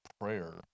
prayer